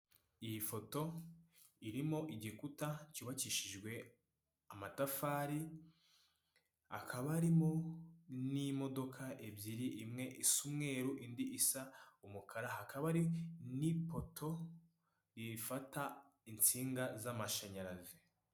Iyi foto irimo igikuta cyubakishijwe amatafari, akaba arimo n'imodoka ebyiri, imwe isa umweru, indi isa umukara hakaba ari n'ipoto ifata insinga z'amashanyarazi.